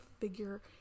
figure